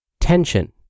Tension